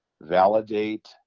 validate